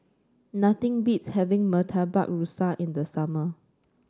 nothing beats having Murtabak Rusa in the summer